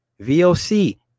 VOC